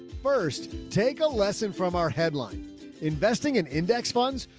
first take a lesson from our headline investing in index funds.